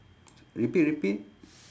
repeat repeat